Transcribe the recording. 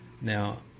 now